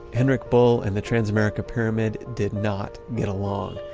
henrik bull and the transamerica pyramid did not get along.